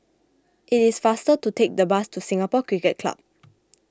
it is faster to take the bus to Singapore Cricket Club